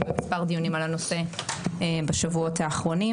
במספר דיונים על הנושא בשבועות האחרונים